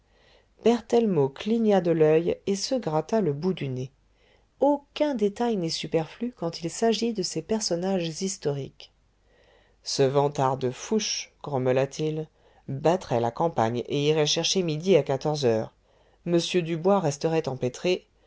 berthellemot cligna de l'oeil et se gratta le bout du nez aucun détail n'est superflu quand il s'agit de ces personnages historiques ce vantard de fouché grommela-t-il battrait la campagne et irait chercher midi à quatorze heures m dubois resterait empêtré